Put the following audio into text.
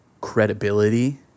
credibility